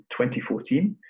2014